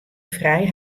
frij